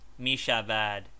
mishavad